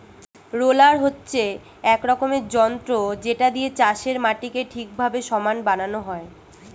roller হচ্ছে এক রকমের যন্ত্র যেটা দিয়ে চাষের মাটিকে ঠিকভাবে সমান বানানো হয়